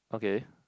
okay